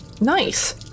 nice